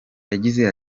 yagize